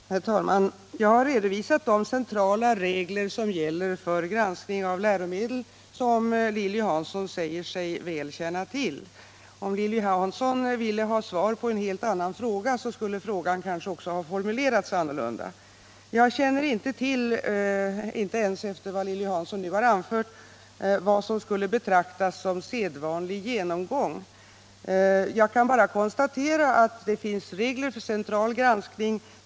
Herr talman! Jag har redovisat de centrala regler som gäller för granskning av läromedel och som Lilly Hansson säger sig väl känna till. Om hon ville ha svar på en helt annan fråga, skulle hon ha formulerat sig annorlunda. Inte ens efter Lilly Hanssons anförande känner jag till vad som skulle betraktas som sedvanlig genomgång. Jag kan bara konstatera att det finns regler för central granskning.